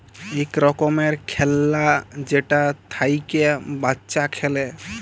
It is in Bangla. ইক রকমের খেল্লা যেটা থ্যাইকে বাচ্চা খেলে